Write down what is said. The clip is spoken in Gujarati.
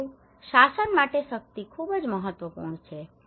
પરંતુ શાસન માટે શક્તિ ખૂબ જ મહત્વપૂર્ણ છે